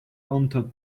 onto